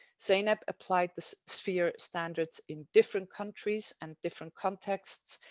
zainab applied sphere standards in different countries and different contexts,